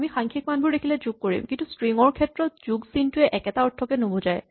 আমি সাংখ্যিক মানবোৰ দেখিলে যোগ কৰিম কিন্তু ষ্ট্ৰিং ৰ ক্ষেত্ৰত যোগ চিনটোৱে একেটা অৰ্থকে নুবুজায়